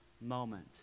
moment